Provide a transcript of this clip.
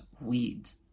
weeds